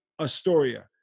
Astoria